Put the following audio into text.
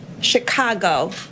Chicago